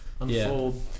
unfold